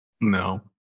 No